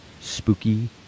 spooky